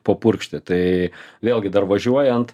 papurkšti tai vėlgi dar važiuojant